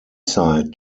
side